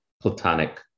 platonic